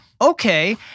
Okay